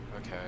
Okay